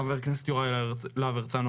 חבר הכנסת יוראי להב הרצנו,